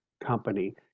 company